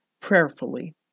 prayerfully